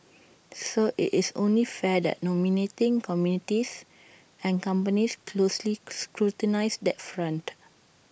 so IT is only fair that nominating committees and companies closely scrutinise that front